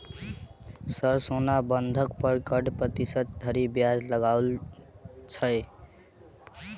Sir सोना बंधक पर कऽ प्रतिशत धरि ब्याज लगाओल छैय?